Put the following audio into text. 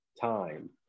time